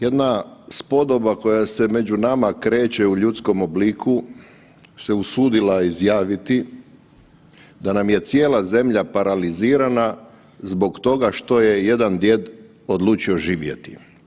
Jedna spodoba koja se među nama kreće u ljudskom obliku se usudila izjaviti da nam je cijela zemlja paralizirana zbog toga što je jedan djed odlučio živjeti.